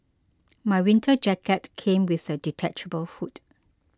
my winter jacket came with a detachable hood